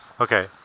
Okay